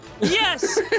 Yes